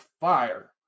fire